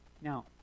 Now